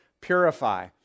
purify